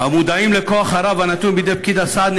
המודעים לכוח הרב הנתון בידי פקיד הסעד,